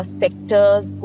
sectors